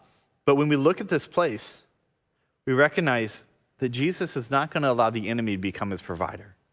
but when we look at this place we recognize that jesus is not gonna allow the enemy become his provider.